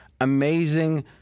amazing